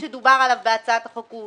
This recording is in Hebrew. שדובר עליו בהצעת החוק הוא